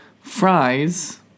fries